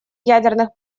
ядерных